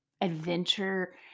adventure